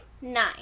Nine